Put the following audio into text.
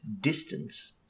distance